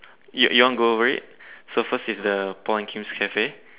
you you want go over it so first is the Paul and Kim's cafe